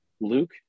Luke